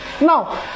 Now